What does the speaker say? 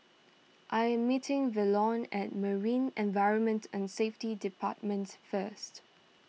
I am meeting Velon at Marine Environment and Safety Departments first